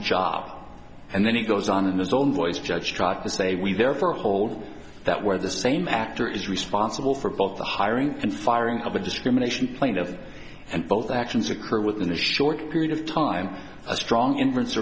job and then he goes on in his own voice judge try to say we therefore hold that where the same actor is responsible for both the hiring and firing of a discrimination plain of and both actions occur within a short period of time a strong inf